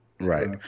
Right